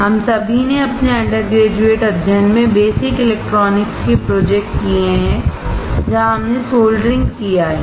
हम सभी ने अपने अंडरग्रेजुएट अध्ययन में बेसिक इलेक्ट्रॉनिक्स के प्रोजेक्ट किए है जहां हमने सोल्डरिंगकिया है